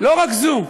לא רק זו,